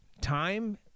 time